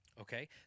okay